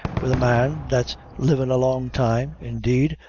wid a man that's livin' a long time indeed,